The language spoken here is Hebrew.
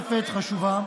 חשובה,